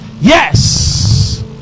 yes